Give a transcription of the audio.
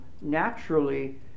naturally